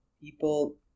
people